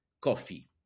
coffee